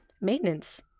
maintenance